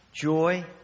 joy